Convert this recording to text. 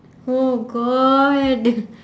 oh god